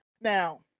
Now